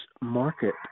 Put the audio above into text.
market